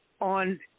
on